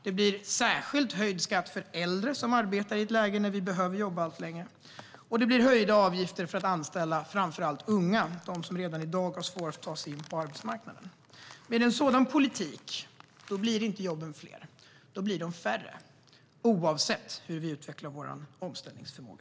Det blir särskilt höjd skatt för äldre som arbetar - i ett läge där vi behöver jobba allt längre. Det blir också höjda avgifter för att anställa framför allt unga, som redan i dag har svårast att ta sig in på arbetsmarknaden. Med en sådan politik blir inte jobben fler. Då blir de färre, oavsett hur vi utvecklar vår omställningsförmåga.